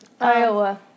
Iowa